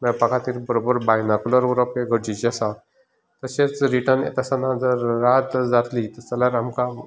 मेळपा खातीर बरोबर बायनाकुलर उरप हे गरजेचे आसा तशेंच रिटर्न येता आसतना जर रात तर जातली जाल्यार आमकां